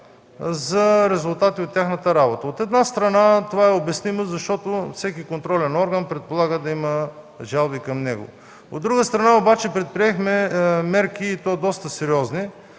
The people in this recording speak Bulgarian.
за резултатите от тяхната работа. От една страна, това е обяснимо, защото всеки контролен орган предполага да има жалби към него. От друга страна, предприехме мерки и то доста сериозни,